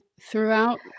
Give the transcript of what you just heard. throughout